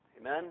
Amen